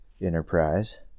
enterprise